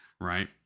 right